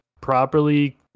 properly